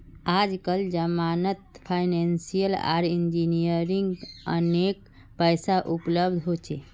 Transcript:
आजकल जमानत फाइनेंसियल आर इंजीनियरिंग अनेक पैसा उपलब्ध हो छे